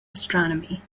astronomy